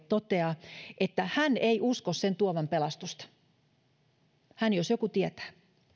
toteaa että hän ei usko sen tuovan pelastusta hän jos joku tietää